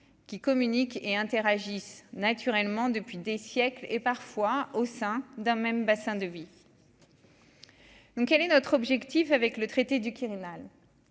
qui communiquent et interagissent naturellement depuis des siècles et parfois au sein d'un même bassin de vie. Je. Donc quel est notre objectif avec le traité du Quirinal